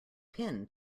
pin